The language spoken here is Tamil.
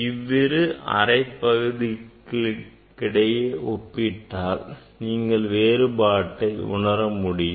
இவ்விரு அரை பகுதிகளுக்கிடையே ஒப்பிட்டால் நீங்கள் வேறுபாட்டை உணரமுடியும்